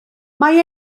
mae